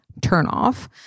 turnoff